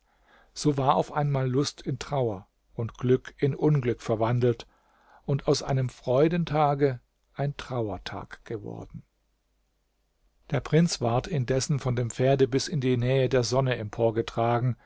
so war auf einmal lust in trauer und glück in unglück verwandelt und aus einem freudentage ein trauertag geworden der prinz ward indessen von dem pferde bis in die nähe der sonne emporgetragen